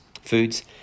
foods